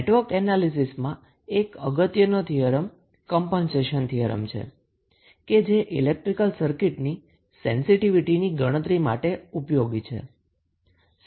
network એનાલીસીસમાં એક અગત્યનો થીયરમ કમ્પનસેશન થીયરમ છે જે ઈલેક્ટ્રીકલ સર્કીટની સેન્સીટીવીટીની ગણતરી માટે ઉપયોગી છે